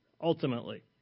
Ultimately